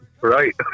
Right